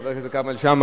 חבר הכנסת כרמל שאמה,